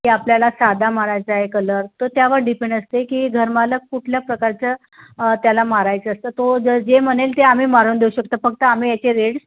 की आपल्याला साधा मारायचा आहे कलर तर त्यावर डिपेंड असते की घरमालक कुठल्या प्रकारचं त्याला मारायचं असतं तो जर जे म्हणेल ते आम्ही मारून देऊ शकतो फक्त आम्ही याचे रेट्स